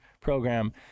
program